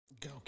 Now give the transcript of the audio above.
Go